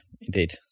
indeed